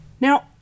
Now